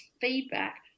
feedback